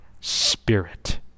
spirit